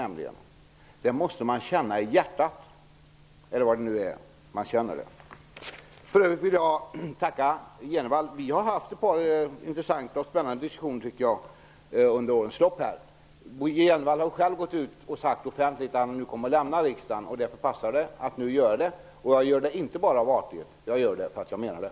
Den måste man känna i hjärtat, eller var man nu känner den. För övrigt vill jag tacka Bo G Jenevall. Vi har haft ett par intressanta och spännande diskussioner under årens lopp. Bo G Jenevall har själv gått ut offentligt och sagt att han nu kommer att lämna riksdagen. Därför passar det att tacka honom nu. Jag gör det inte bara av artighet. Jag gör det för att jag menar det.